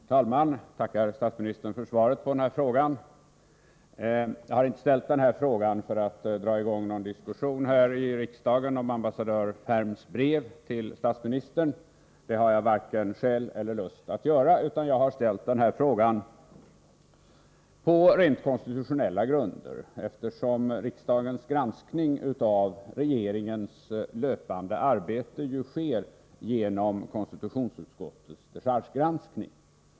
Herr talman! Jag tackar statsministern för svaret på den här frågan. Jag har inte ställt frågan för att dra i gång någon diskussion här i riksdagen om ambassadör Ferms brev till statsministern — det har jag varken skäl eller lust att göra — utan jag har ställt frågan på rent konstitutionella grunder, eftersom riksdagens granskning av regeringens löpande arbete sker genom konstitutionsutskottets dechargegranskning.